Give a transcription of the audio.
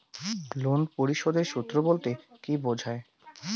Loan পরিশোধের সূএ বলতে কি বোঝায়?